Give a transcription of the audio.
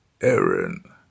Aaron